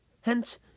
Hence